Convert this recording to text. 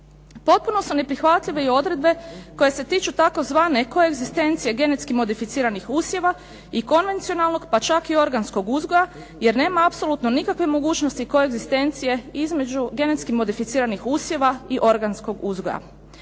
Potpuno su neprihvatljive i odredbe koje se tiču tzv. koegzistencije genetski modificiranih usjeva i konvencionalnog pa čak i organskog uzgoja, jer nema apsolutno nikakve mogućnosti koegzistencije između genetski modificiranih usjeva i organskog uzgoja.